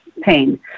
pain